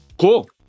cool